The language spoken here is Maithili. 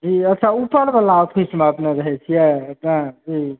जी अच्छा ऊपरवला ऑफिसमे अपने रहै छिए ने जी